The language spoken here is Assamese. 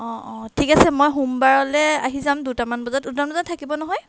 অঁ অঁ ঠিক আছে মই সোমবাৰলৈ আহি যাম দুটামান বজাত দুটামান বজাত থাকিব নহয়